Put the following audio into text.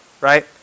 Right